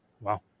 Wow